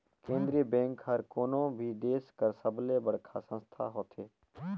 केंद्रीय बेंक हर कोनो भी देस कर सबले बड़खा संस्था होथे